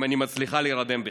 אם אני מצליחה להירדם בכלל.